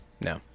No